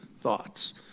thoughts